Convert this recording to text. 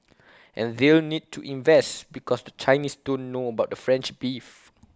and they'll need to invest because the Chinese don't know about the French beef